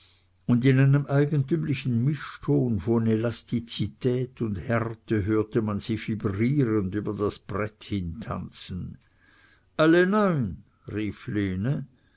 und in einem eigentümlichen mischton von elastizität und härte hörte man sie vibrierend über das brett hintanzen alle neun rief